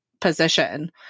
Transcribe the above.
position